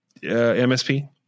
MSP